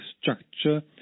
structure